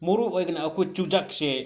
ꯃꯔꯨ ꯑꯣꯏꯅ ꯑꯩꯈꯣꯏ ꯆꯨꯖꯥꯛꯁꯦ